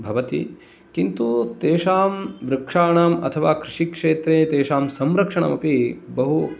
भवति किन्तु तेषां वृक्षाणाम् अथवा कृषिक्षेत्रे तेषां संरक्षणम् अपि बहु